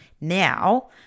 Now